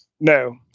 No